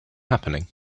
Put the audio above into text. happening